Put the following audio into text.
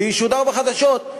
וישודר בחדשות,